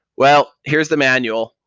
well, here's the manual.